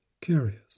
Curious